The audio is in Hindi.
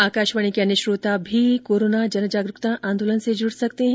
आकाशवाणी के अन्य श्रोता भी कोरोना जनजागरुकता आंदोलन से जुड सकते हैं